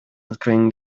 unscrewing